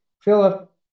Philip